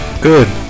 Good